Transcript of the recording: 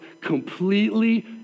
completely